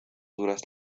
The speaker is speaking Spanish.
duras